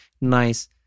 nice